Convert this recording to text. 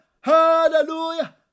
Hallelujah